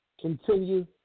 Continue